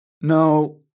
No